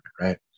right